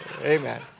Amen